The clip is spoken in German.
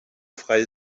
freie